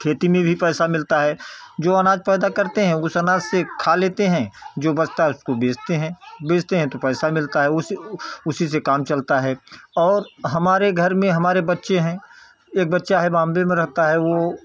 खेती में भी पैसा मिलता है जो अनाज पैदा करते हैं उस अनाज से खा लेते हैं जो बचता उसको बेचते हैं बेचते हैं तो पैसा मिलता है उसी उसी से काम चलता है और हमारे घर में हमारे बच्चे हैं एक बच्चा है बॉम्बे में रहता है वो